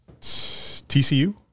TCU